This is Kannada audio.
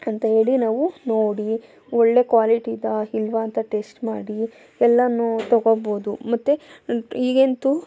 ಅಂತ ಹೇಳಿ ನಾವು ನೋಡಿ ಒಳ್ಳೆ ಕ್ವಾಲಿಟಿದಾ ಇಲ್ವ ಅಂತ ಟೆಸ್ಟ್ ಮಾಡಿ ಎಲ್ಲವೂ ತಗೊಳ್ಬೋದು ಮತ್ತೆ ಈಗಂತೂ